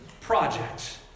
project